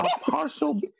partial